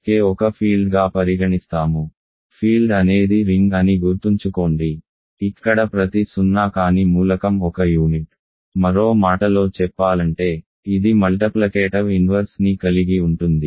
K ఒక ఫీల్డ్గా పరిగణిస్తాము ఫీల్డ్ అనేది రింగ్ అని గుర్తుంచుకోండి ఇక్కడ ప్రతి సున్నా కాని మూలకం ఒక యూనిట్ మరో మాటలో చెప్పాలంటే ఇది గుణకార విలోమం ని కలిగి ఉంటుంది